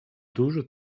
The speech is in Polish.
duży